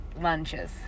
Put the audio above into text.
lunches